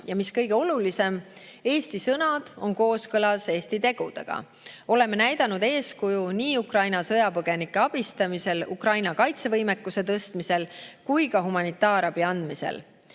Ja mis kõige olulisem, Eesti sõnad on kooskõlas Eesti tegudega. Oleme näidanud eeskuju nii Ukraina sõjapõgenike abistamisel, Ukraina kaitsevõimekuse tõstmisel kui ka humanitaarabi andmisel.